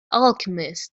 alchemist